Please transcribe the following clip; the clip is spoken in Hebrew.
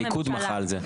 הליכוד מחה על זה.